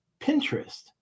pinterest